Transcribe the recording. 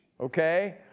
okay